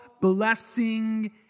blessing